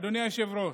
אורלי לוי אבקסיס,